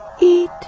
eat